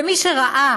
ומי שראה